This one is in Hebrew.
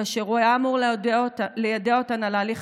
כאשר הוא היה אמור ליידע אותן על ההליך